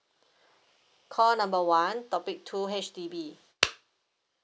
call number one topic two H_D_B